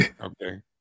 Okay